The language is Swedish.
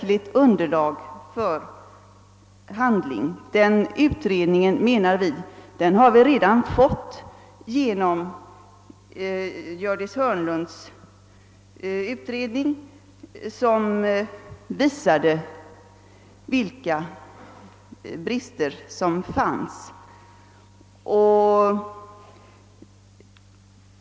Vi anser att vi genom Gördis Hörnlunds utredning redan fått tillräckligt under-' lag för en bedömning, och vi vet alltså vilka brister. som finns.